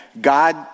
God